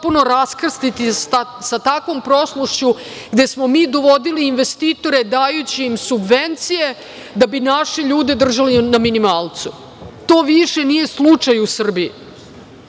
da bi naše ljude držali na minimalcu. To više nije slučaj u Srbiji. Tako